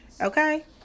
Okay